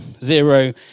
zero